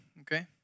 okay